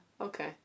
Okay